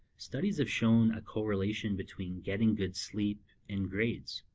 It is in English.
studies have shown a corrlation between getting good sleep and grades.